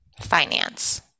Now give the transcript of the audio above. Finance